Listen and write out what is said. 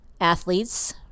athletes